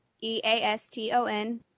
E-A-S-T-O-N